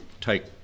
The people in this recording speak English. take